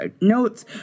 notes